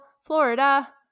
Florida